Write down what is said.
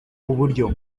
uburyo